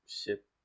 ship